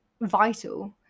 vital